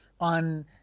on